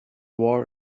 war